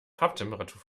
farbtemperatur